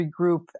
regroup